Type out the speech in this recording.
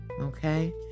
okay